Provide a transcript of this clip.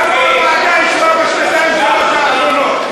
כמה הוועדה ישבה בשנתיים-שלוש האחרונות?